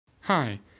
Hi